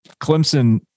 Clemson